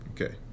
okay